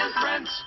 friends